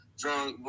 drunk